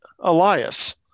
Elias